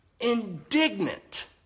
Indignant